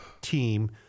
team